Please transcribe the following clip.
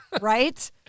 Right